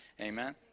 Amen